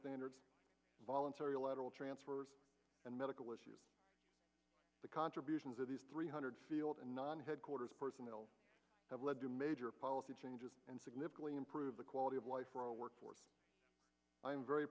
standards voluntary lateral transfer and medical issues the contributions of these three hundred field and non headquarters personnel have led to major policy changes and significantly improve the quality of life for a workforce i'm very